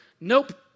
nope